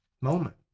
moment